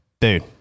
Dude